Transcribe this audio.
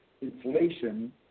inflation